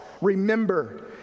remember